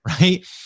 right